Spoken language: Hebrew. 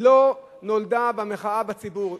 לא נולדה במחאה של הציבור.